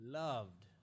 loved